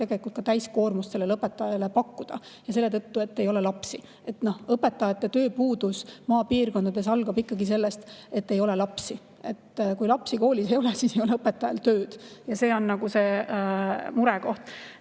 õpetajale täiskoormust pakkuda selle tõttu, et ei ole lapsi. Õpetajate tööpuudus maapiirkondades algab ikkagi sellest, et ei ole lapsi. Kui lapsi koolis ei ole, siis ei ole õpetajal tööd. See on see murekoht.